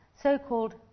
so-called